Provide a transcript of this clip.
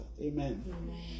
Amen